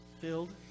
filled